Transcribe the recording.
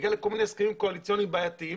בגלל כל מיני הסכמים קואליציוניים בעייתיים